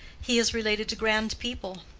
he is related to grand people.